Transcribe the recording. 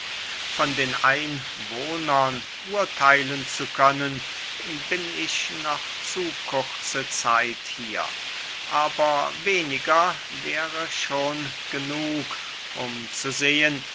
von den einwohnern urtheilen zu können bin ich noch zu kurze zeit hier aber weniger wäre schon genug um zu sehen